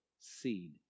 seed